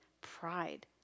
pride